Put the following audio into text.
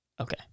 Okay